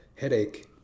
Headache